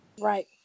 Right